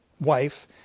wife